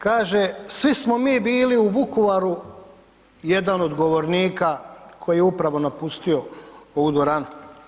Kaže svi smo mi bili u Vukovaru jedan od govornika koji je upravo napustio ovu dvoranu.